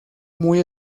muy